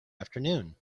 afternoon